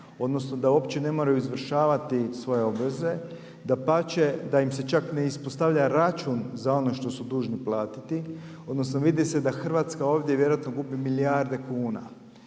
odnosno da uopće ne moraju izvršavati svoje obveze. Dapače, da im se čak ne ispostavlja račun za ono što su dužni platiti, odnosno vidi se da Hrvatska ovdje vjerojatno gubi milijarde kuna.